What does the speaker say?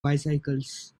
bicycles